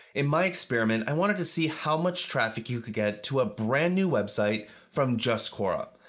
in my experiment, i wanted to see how much traffic you could get to a brand new website from just quora.